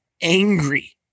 angry